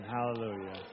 Hallelujah